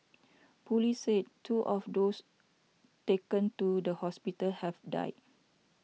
police said two of those taken to the hospital have died